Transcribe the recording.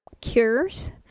cures